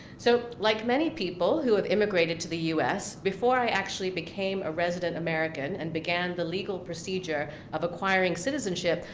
so like many people who have immigrated to the us, before i actually became a resident american, and began the legal procedure of acquiring citizenship,